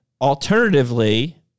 alternatively